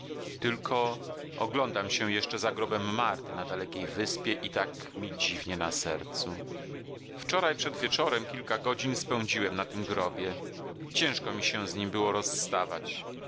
tylko oglądam się jeszcze za grobem marty na dalekiej wyspie i tak mi dziwnie na sercu wczoraj przed wieczorem kilka godzin spędziłem na tym grobie ciężko mi się z nim było rozstawać